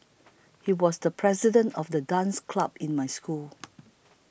he was the president of the dance club in my school